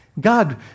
God